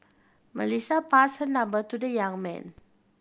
Melissa passed her number to the young man